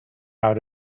how